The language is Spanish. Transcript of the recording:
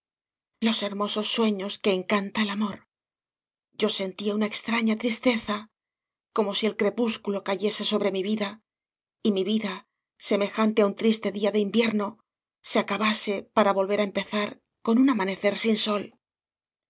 los hermosos sueños que encanta el amor yo sentía una extraña tristeza como si el crepúsculo cayese sobre mi vida y mi vida semejante á un triste día de invierno se acabase para volver á empe zar con un amanecer sin sol